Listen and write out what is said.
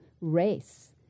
race